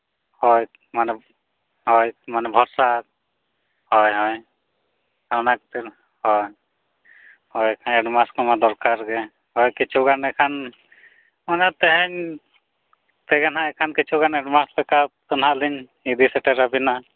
ᱦᱳᱭ ᱢᱟᱱᱮ ᱦᱳᱭ ᱢᱟᱱᱮ ᱵᱷᱚᱨᱥᱟ ᱦᱳᱭ ᱦᱳᱭ ᱚᱱᱟ ᱠᱷᱟᱹᱛᱤᱨ ᱦᱳᱭ ᱮᱰᱵᱷᱟᱱᱥ ᱠᱚᱢᱟ ᱫᱚᱨᱠᱟᱨᱜᱮ ᱦᱳᱭ ᱠᱤᱪᱷᱩᱜᱟᱱ ᱮᱱᱠᱷᱟᱱ ᱚᱱᱮ ᱛᱮᱦᱮᱧ ᱛᱮᱜᱮ ᱦᱟᱸᱜ ᱮᱱᱠᱷᱟᱱ ᱠᱤᱪᱷᱩᱜᱟᱱ ᱮᱰᱵᱷᱟᱱᱥ ᱞᱮᱠᱟ ᱫᱚ ᱱᱟᱦᱟᱸᱜᱞᱤᱧ ᱤᱫᱤ ᱥᱮᱴᱮᱨᱟᱵᱤᱱᱟ